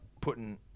putting